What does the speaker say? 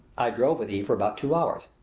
i drove with eve for about two hours.